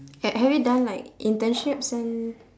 have have you done like internships and